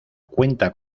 cuenta